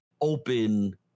open